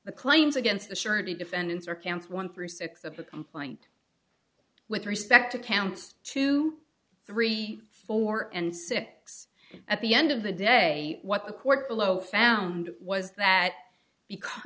the claims against the surety defendants are counts one through six of the complaint with respect to counts two three four and six at the end of the day what the court below found was that because